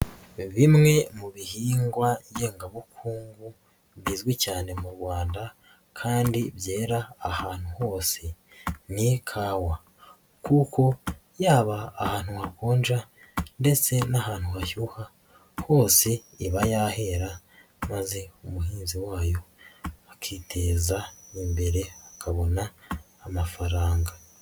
Bimwe mu bihingwa ngengabukungu bizwi cyane mu Rwanda kandi byera ahantu hose ni ikawa kuko yaba ahantu hakonja ndetse n'ahantu hashyuha hose iba yahera maze umuhinzi wayo akiteza imbere akabona amafaranga.